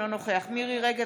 אינו נוכח מירי מרים רגב,